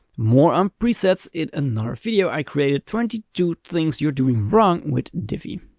more on presets in another video i created twenty two things you're doing wrong with divi'.